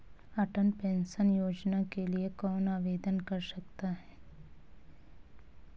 अटल pension Yojana के लिए कौन आवेदन कर सकता है?